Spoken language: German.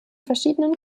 verschiedenen